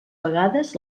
vegades